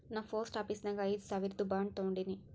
ನಾ post office ನಾಗ್ ಐಯ್ದ ಸಾವಿರ್ದು ಬಾಂಡ್ ತಗೊಂಡಿನಿ